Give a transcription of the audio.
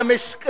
אספסוף ברמאללה,